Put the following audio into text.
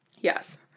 Yes